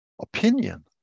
opinion